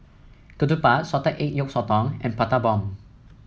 Ketupat Salted Egg Yolk Sotong and Prata Bomb